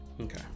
Okay